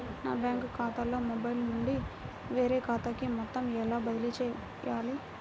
నా బ్యాంక్ ఖాతాలో మొబైల్ నుండి వేరే ఖాతాకి మొత్తం ఎలా బదిలీ చేయాలి?